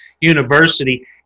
University